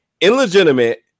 illegitimate